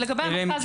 ובנוסף יש את המרכז.